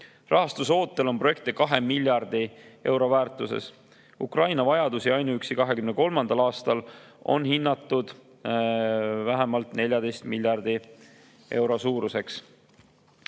Rahastuse ootel on projekte 2 miljardi euro väärtuses. Ukraina vajadusi ainuüksi 2023. aastal on hinnatud vähemalt 14 miljardi euro suuruseks.